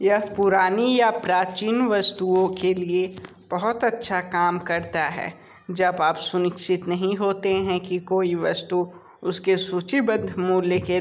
यह पुरानी या प्राचीन वस्तुओं के लिए बहुत अच्छा काम करता है जब आप सुनिश्चित नहीं होते हैं कि कोई वस्तु उसके सूचीबद्ध मूल्य के लायक़ है